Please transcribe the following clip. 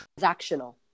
transactional